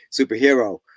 superhero